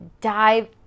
dive